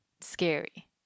scary